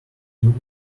doomed